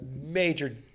major